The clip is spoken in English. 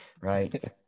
Right